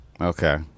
Okay